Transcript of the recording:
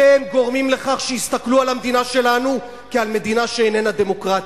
אתם גורמים לכך שיסתכלו על המדינה שלנו כעל מדינה שאיננה דמוקרטית.